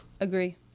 Agree